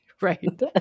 Right